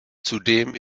zudem